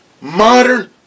modern